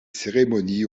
cérémonies